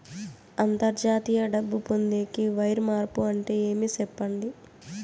అంతర్జాతీయ డబ్బు పొందేకి, వైర్ మార్పు అంటే ఏమి? సెప్పండి?